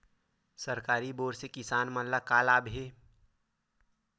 सरकारी बोर से किसान मन ला का लाभ हे?